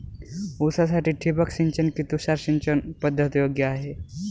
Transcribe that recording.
ऊसासाठी ठिबक सिंचन कि तुषार सिंचन पद्धत योग्य आहे?